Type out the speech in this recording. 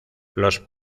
los